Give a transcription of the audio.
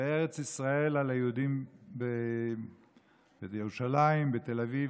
בארץ ישראל על היהודים בירושלים, בתל אביב,